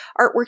artwork